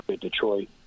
Detroit